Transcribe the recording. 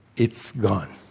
it's gone.